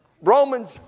Romans